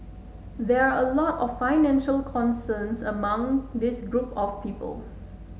there are a lot of financial concerns among this group of people